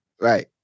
Right